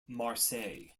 marseille